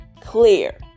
clear